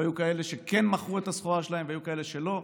והיו כאלה שכן מכרו את הסחורה שלהם והיו כאלה שלא,